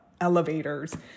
elevators